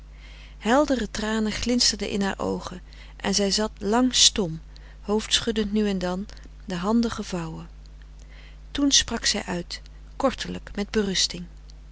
heldere tranen glinsterden in haar oogen en zij zat frederik van eeden van de koele meren des doods lang stom hoofdschuddend nu en dan de handen gevouwen toen sprak zij uit kortelijk met berusting